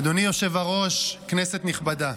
אדוני היושב-ראש, כנסת נכבדה,